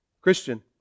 Christian